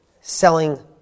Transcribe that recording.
selling